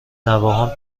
نوهام